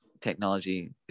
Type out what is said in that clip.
technology